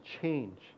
change